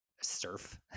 surf